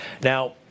Now